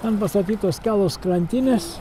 ant pastatytos kelos krantinės